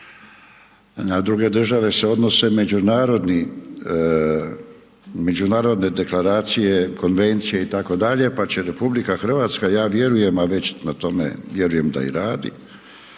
Na druge države se odnose međunarodne deklaracije, konvencije itd. pa će RH, ja vjerujem, a već na tome vjerujem da radi